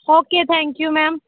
okay thank you ma'am